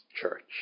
church